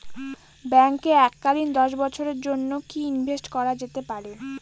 ব্যাঙ্কে এককালীন দশ বছরের জন্য কি ইনভেস্ট করা যেতে পারে?